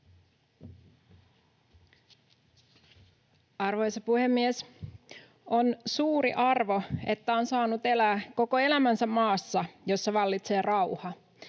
Arvoisa puhemies! On suuri arvo, että on saanut elää koko elämänsä maassa, jossa vallitsee rauha.